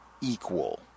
equal